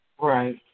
Right